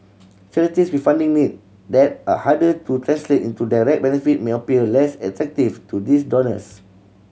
charities with funding need that are harder to translate into direct benefit may appear less attractive to these donors